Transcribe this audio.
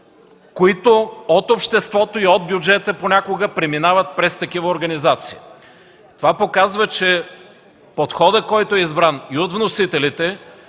които от обществото и от бюджета понякога преминават през такива организации. Това показва, че подходът, който е избран и от вносителите,